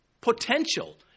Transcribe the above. potential